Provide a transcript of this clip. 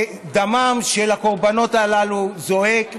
דמם של הקורבנות הללו זועק מהאדמה,